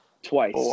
twice